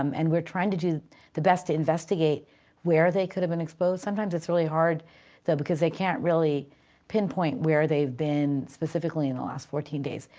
um and we're trying to do the best to investigate where they could have been exposed. sometimes it's really hard though, because they can't really pinpoint where they've been specifically in the last fourteen days.